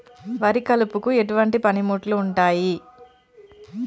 వరి కలుపుకు ఎటువంటి పనిముట్లు ఉంటాయి?